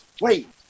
Wait